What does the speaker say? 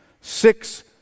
Six